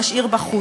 נשאיר בחוץ.